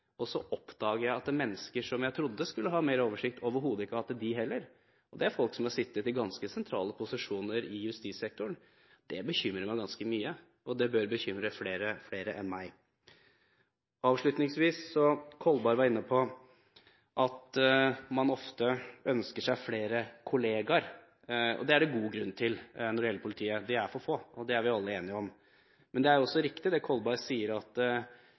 og så oppdager jeg at mennesker som jeg trodde skulle ha mer oversikt, overhodet ikke har hatt det de heller. Det er folk som har sittet i ganske sentrale posisjoner i justissektoren. Det bekymrer meg ganske mye, og det bør bekymre flere enn meg. Avslutningsvis: Kolberg var inne på at man ofte ønsker seg flere kolleger, og det er det god grunn til når det gjelder politiet. De er for få, det er vi alle enige om. Men det er også riktig det Kolberg sier, at